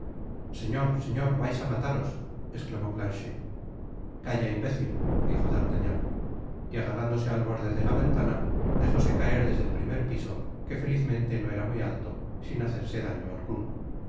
señor señor vais á mataros esclamó planchet calla imbécil dijo d'artagnan y agarrándose al borde de la ventana dejóse caer desde el primer piso que felizmente no era muy alto sin hacerse daño alguno